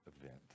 event